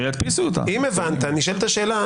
נשאלת השאלה,